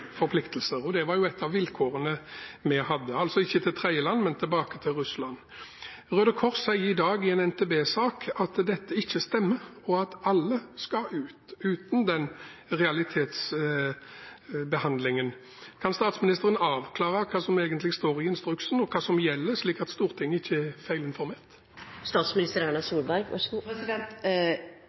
forpliktelser, og det var et av vilkårene vi hadde – altså ikke til tredjeland, men tilbake til Russland. Røde Kors sier i dag i en NTB-sak at dette ikke stemmer, og at alle skal ut uten den realitetsbehandlingen. Kan statsministeren avklare hva som egentlig står i instruksen, og hva som gjelder, slik at Stortinget ikke er